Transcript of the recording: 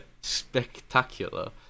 Spectacular